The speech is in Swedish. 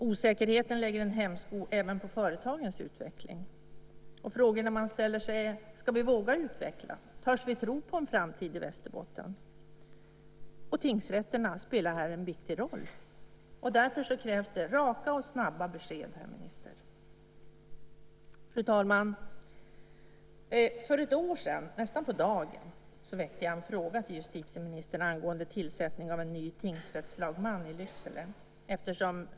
Osäkerheten lägger en hämsko även på företagens utveckling. Man frågar sig: Ska vi våga utveckla? Törs vi tro på en framtid i Västerbotten? Tingsrätterna spelar här en viktig roll. Därför krävs det raka och snabba besked, herr minister! Fru talman! Nästan på dagen för ett år sedan ställde jag en fråga till justitieministern om tillsättningen av en ny tingsrättslagman i Lycksele.